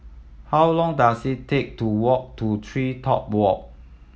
how long does it take to walk to TreeTop Walk